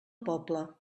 poble